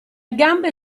gambe